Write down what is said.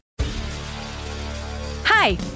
Hi